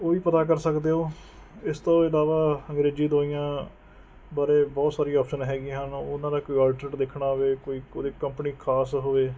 ਉਹ ਵੀ ਪਤਾ ਕਰ ਸਕਦੇ ਹੋ ਇਸ ਤੋਂ ਇਲਾਵਾ ਅੰਗਰੇਜ਼ੀ ਦਵਾਈਆਂ ਬਾਰੇ ਬਹੁਤ ਸਾਰੀ ਆਪਸ਼ਨ ਹੈਗੀਆਂ ਹਨ ਉਹਨਾਂ ਦਾ ਕੋਈ ਅਲਟਰੇਟ ਦੇਖਣਾ ਹੋਵੇ ਕੋਈ ਉਹਦੇ ਕੰਪਨੀ ਖਾਸ ਹੋਵੇ